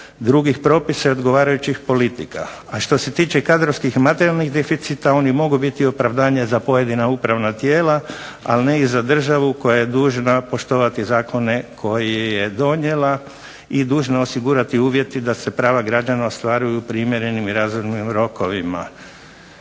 drugih propisa i odgovarajućih politika. A što se tiče kadrovskih i materijalnih deficita oni mogu biti opravdanje za pojedina upravna tijela, ali ne i za državu koja je dužna poštovati zakone koje je donijela i dužna je osigurati uvjete da se prava građana ostvaruju u primjerenim i razumnim rokovima.